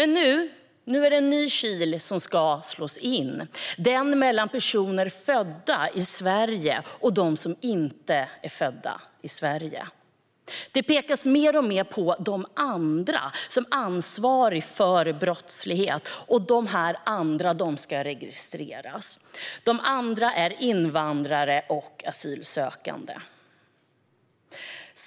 Nu är det en ny kil som ska slås in - den mellan personer födda i Sverige och dem som inte är födda i Sverige. Det pekas mer och mer på "de andra" som ansvariga för brottsligheten och på att dessa andra ska registreras. De andra är invandrare och asylsökande.